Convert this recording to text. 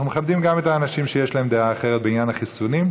אנחנו מכבדים גם את האנשים שיש להם דעה אחרת בעניין החיסונים,